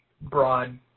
broad